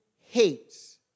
hates